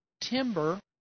timber